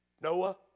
Noah